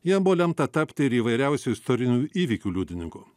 jam buvo lemta tapti ir įvairiausių istorinių įvykių liudininku